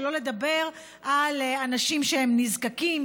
שלא לדבר על אנשים שהם נזקקים,